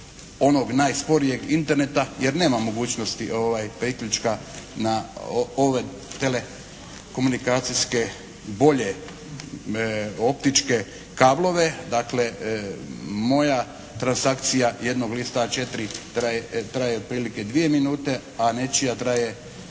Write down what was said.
onog najsporijeg Interneta jer nemam mogućnosti priključka na ove telekomunikacijske bolje optičke kablove. Dakle, moja transakcija jednog lista A4 traje otprilike dvije minute, a nečija traje